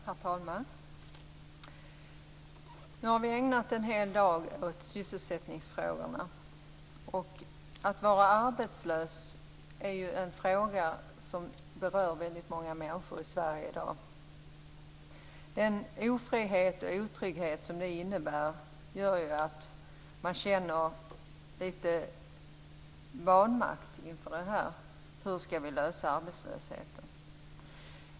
Herr talman! Nu har vi ägnat en hel dag åt sysselsättningsfrågor. Arbetslöshet är ju något som berör väldigt många människor i Sverige i dag. Den ofrihet och otrygghet som det innebär gör att man känner litet vanmakt inför frågan om hur vi skall lösa arbetslösheten.